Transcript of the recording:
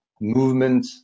movement